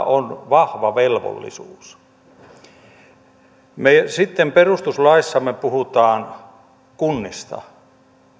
on vahva velvollisuus perustuslaissamme puhutaan kunnista